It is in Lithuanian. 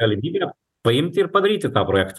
galimybę paimti ir padaryti tą projektą